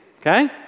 okay